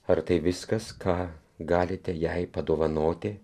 ar tai viskas ką galite jai padovanoti